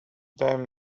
them